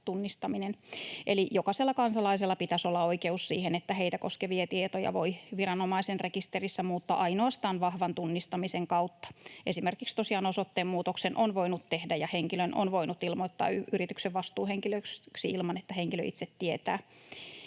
tunnistaminen. Eli jokaisella kansalaisella pitäisi olla oikeus siihen, että heitä koskevia tietoja voi viranomaisen rekisterissä muuttaa ainoastaan vahvan tunnistamisen kautta. Esimerkiksi tosiaan osoitteenmuutoksen on voinut tehdä ja henkilön on voinut ilmoittaa yrityksen vastuuhenkilöksi ilman, että henkilö itse tietää.